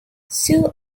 sue